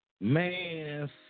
Man